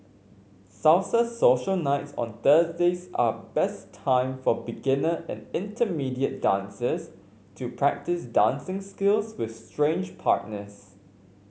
salsa social nights on Thursdays are best time for beginner and intermediate dancers to practice dancing skills with strange partners